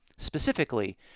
Specifically